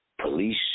police